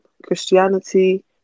Christianity